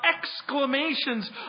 exclamations